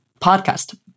podcast